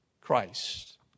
Christ